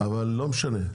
אבל לא משנה.